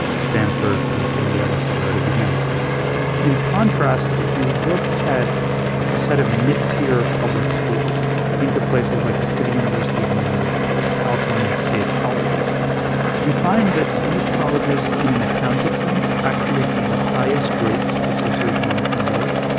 stanford, princeton, yale, et cetera to begin with in contrast, if you look at a set of mid-tier public schools think of places like the city university of new york or california state colleges we find that these colleges, in an accounting sense, actually have the highest rates of socio-economic mobility.